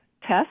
test